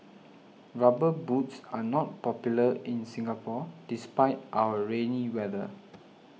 rubber boots are not popular in Singapore despite our rainy weather